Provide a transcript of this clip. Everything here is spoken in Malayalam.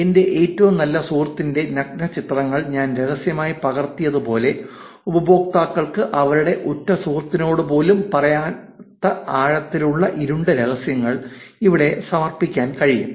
എന്റെ ഏറ്റവും നല്ല സുഹൃത്തിന്റെ നഗ്നചിത്രങ്ങൾ ഞാൻ രഹസ്യമായി പകർത്തിയതുപോലെ ഉപയോക്താക്കൾക്ക് അവരുടെ ഉറ്റസുഹൃത്തിനോട് പോലും പറയാത്ത ആഴത്തിലുള്ള ഇരുണ്ട രഹസ്യങ്ങൾ ഇവിടെ സമർപ്പിക്കാൻ കഴിയും